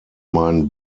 mein